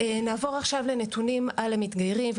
נעבור עכשיו לנתונים על המתגיירים,